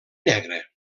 negre